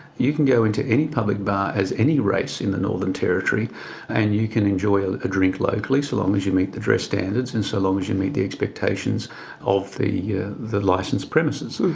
you can go into any public bar as any race in the northern territory and you can enjoy a drink locally, so long as you meet the dress standards and so long as you meet the expectations of the yeah the licensed premises.